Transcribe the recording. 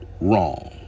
wrong